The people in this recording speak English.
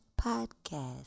Podcast